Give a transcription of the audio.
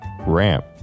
Ramp